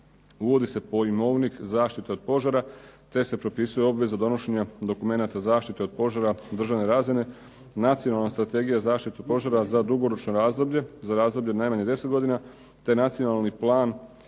Uvodi se pojmovnik zaštite od požara te se propisuje obveza donošenja dokumenata zaštite od požara državne razine, Nacionalna strategija zaštite od požara za dugoročno razdoblje, za razdoblje od najmanje 10 godina te Nacionalni plan